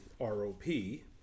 ROP